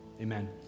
Amen